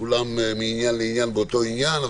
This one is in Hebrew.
כולם מעניין לעניין באותו עניין,